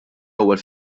ewwel